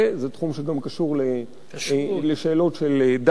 זה תחום שגם קשור לשאלות של דת ומדינה,